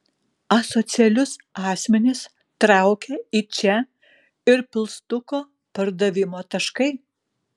asocialius asmenis traukia į čia ir pilstuko pardavimo taškai